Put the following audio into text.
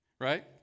Right